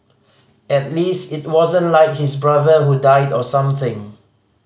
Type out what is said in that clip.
at least it wasn't like his brother who died or something